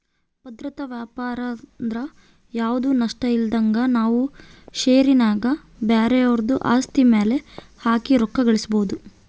ಭದ್ರತಾ ವ್ಯಾಪಾರಂದ್ರ ಯಾವ್ದು ನಷ್ಟಇಲ್ದಂಗ ನಾವು ಷೇರಿನ್ಯಾಗ ಬ್ಯಾರೆವುದ್ರ ಆಸ್ತಿ ಮ್ಯೆಲೆ ಹಾಕಿ ರೊಕ್ಕ ಗಳಿಸ್ಕಬೊದು